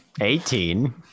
Eighteen